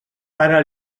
para